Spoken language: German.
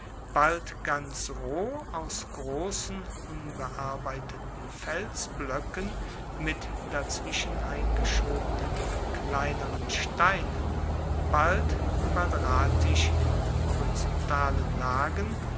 bald ganz roh aus grossen unbearbeiteten felsbloecken mit dazwischen eingeschobenen kleineren steinen bald quadratisch in horizontalen lagen